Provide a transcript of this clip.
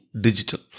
digital